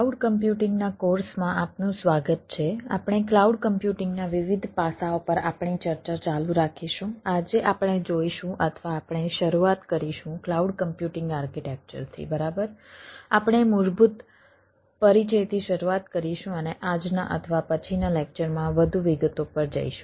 cloud computing માં વધુ વિગતો પર જઈશું